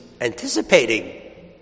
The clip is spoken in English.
anticipating